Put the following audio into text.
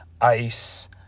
ice